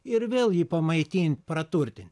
ir vėl jį pamaitint praturtint